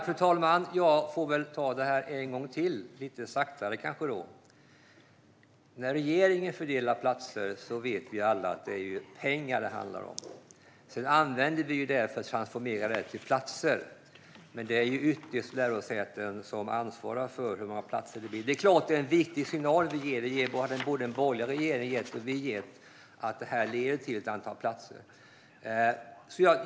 Fru talman! Jag får väl ta detta en gång till, kanske lite saktare. När regeringen fördelar platser vet vi alla att det är pengar det handlar om. Sedan transformeras det till platser, men det är ytterst lärosätena som ansvarar för hur många platser det blir. Det är klart att det är en viktig signal som den borgerliga regeringen har gett och som vi ger: att det leder till ett antal platser.